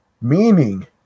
meaning